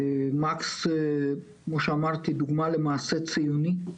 מקס, כמו שאמרתי, דוגמה למעשה ציוני.